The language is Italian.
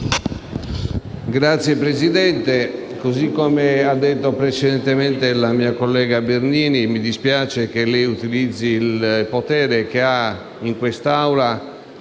Signor Presidente, come ha detto precedentemente la mia collega Bernini, mi dispiace che lei utilizzi il potere che ha in quest'Assemblea